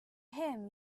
him